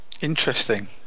Interesting